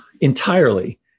entirely